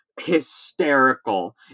Hysterical